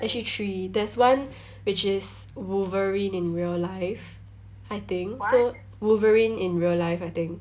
actually three there's one which is wolverine in real life I think so wolverine in real life I think